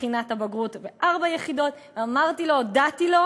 בחינת הבגרות בארבע יחידות והודעתי לו,